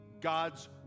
God's